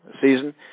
Season